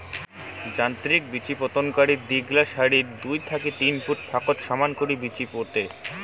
যান্ত্রিক বিচিপোতনকারী দীঘলা সারিত দুই থাকি তিন ফুট ফাকত সমান করি বিচি পোতে